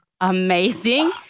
amazing